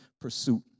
pursuit